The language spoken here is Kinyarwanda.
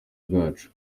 bwacu